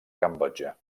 cambodja